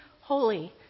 holy